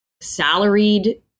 salaried